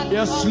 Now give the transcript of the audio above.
Yes